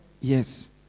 Yes